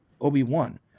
Obi-Wan